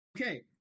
Okay